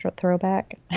throwback